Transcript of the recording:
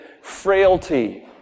frailty